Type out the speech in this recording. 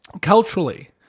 culturally